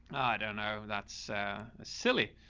don't know. that's a silly,